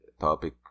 topic